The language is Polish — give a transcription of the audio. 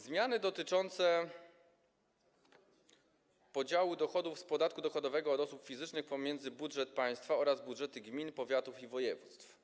Zmiany dotyczą podziału dochodów z podatku dochodowego od osób fizycznych pomiędzy budżet państwa oraz budżety gmin, powiatów i województw.